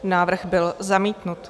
Návrh byl zamítnut.